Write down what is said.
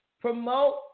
promote